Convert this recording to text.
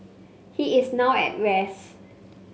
he is now at rest